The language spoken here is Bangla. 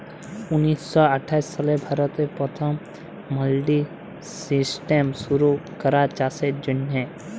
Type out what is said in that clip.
উনিশ শ আঠাশ সালে ভারতে পথম মাল্ডি সিস্টেম শুরু ক্যরা চাষের জ্যনহে